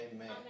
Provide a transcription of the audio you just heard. Amen